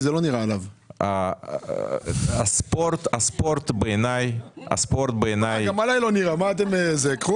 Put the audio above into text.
בעיניי הספורט הוא חלק